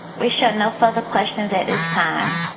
we show no further questions at this time.